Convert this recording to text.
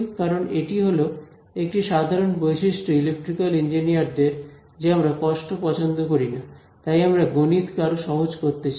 কারণ এটি হল একটি সাধারণ বৈশিষ্ট্য ইলেকট্রিক্যাল ইঞ্জিনিয়ারদের যে আমরা কষ্ট পছন্দ করি না তাই আমরা গণিতকে আরও সহজ করতে চাই